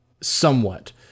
somewhat